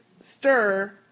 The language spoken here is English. Stir